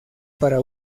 para